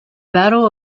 battle